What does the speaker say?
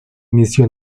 inició